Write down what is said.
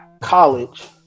college